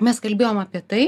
mes kalbėjom apie tai